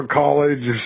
college